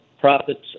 profits